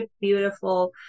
beautiful